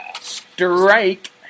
Strike